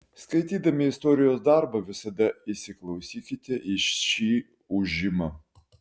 skaitydami istorijos darbą visada įsiklausykite į šį ūžimą